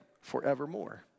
forevermore